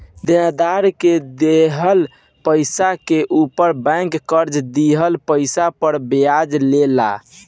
देनदार के दिहल पइसा के ऊपर बैंक कर्जा दिहल पइसा पर ब्याज ले ला